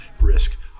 risk